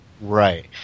Right